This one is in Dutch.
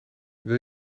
wil